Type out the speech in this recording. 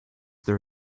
there